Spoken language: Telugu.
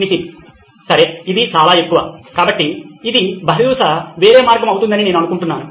నితిన్ సరే ఇది చాలా ఎక్కువ కాబట్టి ఇది బహుశా వేరే మార్గం అవుతుందని నేను అనుకుంటున్నాను